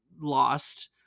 lost